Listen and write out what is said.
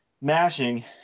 mashing